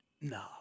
No